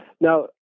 Now